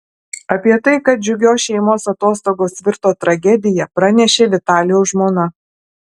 apie tai kad džiugios šeimos atostogos virto tragedija pranešė vitalijaus žmona